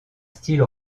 style